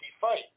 fight